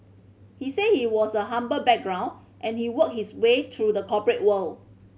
he said he was a humble background and he worked his way through the corporate world